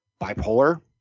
bipolar